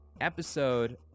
episode